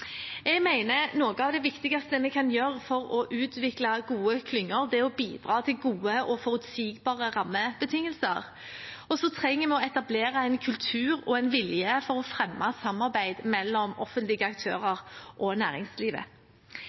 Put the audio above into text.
Jeg mener noe av det viktigste vi kan gjøre for å utvikle gode klynger, er å bidra til gode og forutsigbare rammebetingelser, og så trenger vi å etablere en kultur for og en vilje til å fremme samarbeid mellom offentlige aktører og næringslivet.